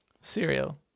Cereal